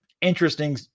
interesting